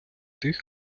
тих